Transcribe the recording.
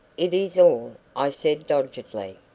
it is all, i said doggedly.